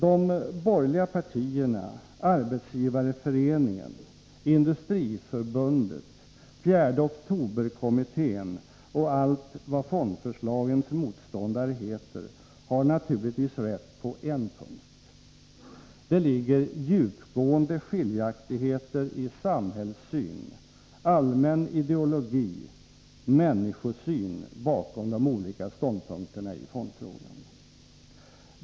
De borgerliga partierna, Arbetsgivareföreningen, Industriförbundet, 4 oktober-kommittén och allt vad fondförslagens motståndare heter har naturligtvis rätt på en punkt: det ligger djupgående skiljaktigheter i samhällssyn, allmän ideologi och människosyn bakom de olika ståndpunkterna i fondfrågan.